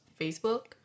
Facebook